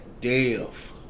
Dev